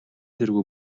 тэргүй